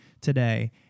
today